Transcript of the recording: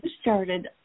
started